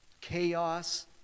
chaos